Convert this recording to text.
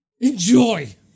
Enjoy